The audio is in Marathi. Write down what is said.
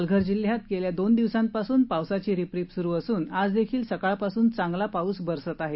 पालघर जिल्ह्यात गेल्या दोन दिवसांपासून पावसाची रिपरिप सुरू असून आज देखील सकाळपासून चांगला पाऊस बरसत आहे